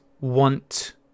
want